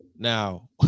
Now